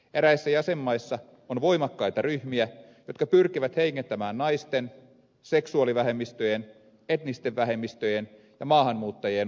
eräissä jäsenmaissa on voimakkaita ryhmiä jotka pyrkivät heikentämään naisten seksuaalivähemmistöjen etnisten vähemmistöjen ja maahanmuuttajien oikeuksia